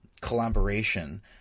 collaboration